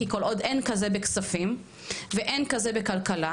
כי כל עוד אין כזה בכספים ואין כזה בכלכלה,